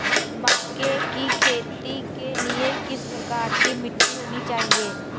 मक्के की खेती के लिए किस प्रकार की मिट्टी होनी चाहिए?